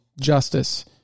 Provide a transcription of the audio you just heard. justice